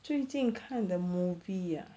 最近看的 movie ah